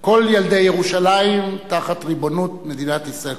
כל ילדי ירושלים תחת ריבונות מדינת ישראל,